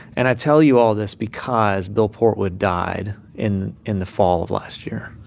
and i tell you all this because bill portwood died in in the fall of last year